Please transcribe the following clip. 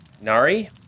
Nari